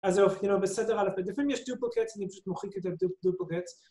‫אז בסדר, לפעמים יש duplicates, ‫אני פשוט מוחק את ה-duplicates.